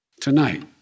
Tonight